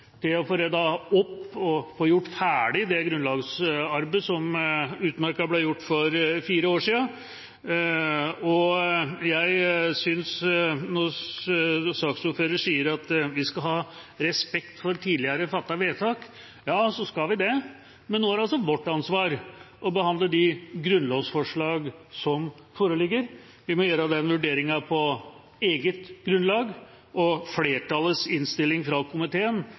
til å få ryddet opp og få gjort ferdig det grunnlovsarbeidet som utmerket ble gjort for fire år siden. Når saksordføreren sier at vi skal ha respekt for tidligere fattede vedtak, ja, så skal vi det, men nå er det vårt ansvar å behandle de grunnlovsforslagene som foreligger. Vi må gjøre den vurderingen på eget grunnlag, og flertallets innstilling fra komiteen